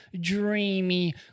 dreamy